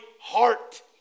heart